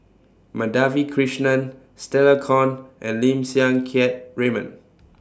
Madhavi Krishnan Stella Kon and Lim Siang Keat Raymond